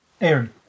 Aaron